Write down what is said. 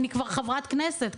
אני כבר חברת כנסת,